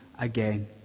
Again